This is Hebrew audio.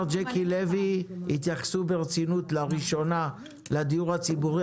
ג'קי לוי התייחסו ברצינות לראשונה לדיור הציבורי,